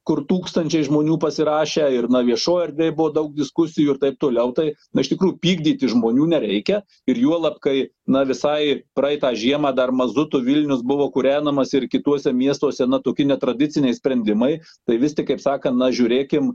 kur tūkstančiai žmonių pasirašę ir na viešoj erdvėj buvo daug diskusijų ir taip toliau tai na iš tikrų pykdyti žmonių nereikia ir juolab kai na visai praeitą žiemą dar mazutu vilnius buvo kūrenamas ir kituose miestuose na toki netradiciniai sprendimai tai vis tik kaip sakant na žiūrėkim